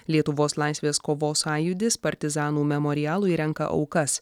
lietuvos laisvės kovos sąjūdis partizanų memorialui renka aukas